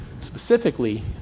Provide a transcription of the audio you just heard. specifically